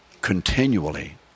Continually